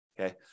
Okay